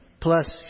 plus